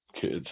Kids